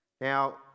Now